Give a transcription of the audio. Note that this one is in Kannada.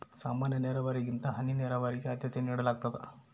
ಸಾಮಾನ್ಯ ನೇರಾವರಿಗಿಂತ ಹನಿ ನೇರಾವರಿಗೆ ಆದ್ಯತೆ ನೇಡಲಾಗ್ತದ